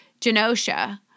Genosha